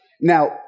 Now